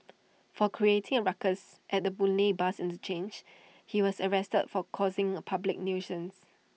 for creating A ruckus at the boon lay bus interchange he was arrested for causing A public nuisance